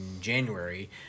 January